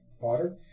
water